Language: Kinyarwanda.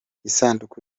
isanduku